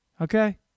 okay